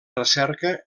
recerca